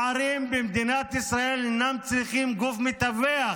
ערים במדינת ישראל אינן צריכות גוף מתווך.